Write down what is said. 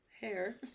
hair